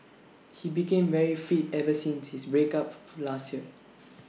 he became very fit ever since his break up last year